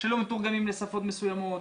שלא מתורגמים לשפות מסוימות,